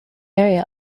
area